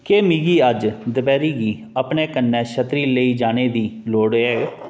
क्या मिगी अज्ज दपैह्री गी अपने कन्नै छत्तरी लेई जाने दी लोड़ है